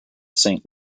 saint